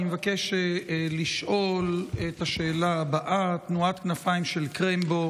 אני מבקש לשאול את השאלה הבאה: תנועת כנפיים של קרמבו,